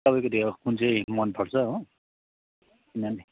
तपाईँको त्यो कुन चाहिँ मन पर्छ हो किनभने